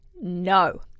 No